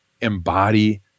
embody